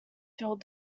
filled